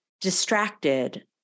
distracted